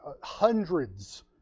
hundreds